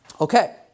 Okay